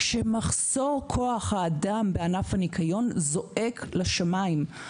כשמחסור כוח האדם בענף הניקיון זועק לשמים.